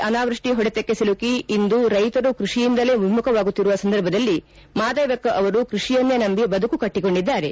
ಅನಾವೃಷ್ಟಿ ಹೊಡೆತಕ್ಕೆ ಸಿಲುಕಿ ಇಂದು ರೈತರು ಕೃಷಿಯಿಂದಲೇ ವಿಮುಖವಾಗುತ್ತಿರುವ ಸಂದರ್ಭದಲ್ಲಿ ಮಾದೇವಕ್ಕ ಅವರು ಕೃಷಿಯನ್ನೇ ನಂಬಿ ಬದುಕು ಕಟ್ಟಿಕೊಂಡಿದ್ದಾರೆ